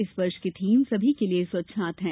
इस वर्ष की थीम सभी के लिए स्वच्छ हाथ है